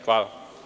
Hvala.